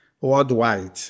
worldwide